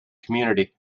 community